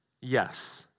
Yes